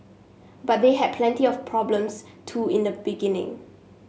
but they had plenty of problems too in the beginning